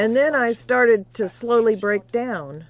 and then i started to slowly breakdown